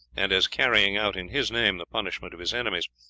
and as carrying out in his name the punishment of his enemies.